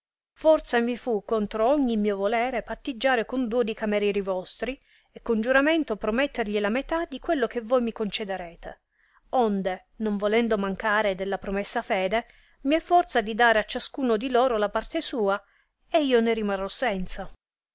forza mi fu contro ogni mio volere pattiggiare con duo di camerieri vostri e con giuramento promettergli la metà di quello che yoi mi concederete onde non volendo mancare della promessa fede mi è forza di dare a ciascun di loro la parte sua e io ne rimarrò senza